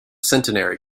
centenary